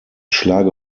schlage